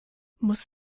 muss